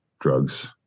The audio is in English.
drugs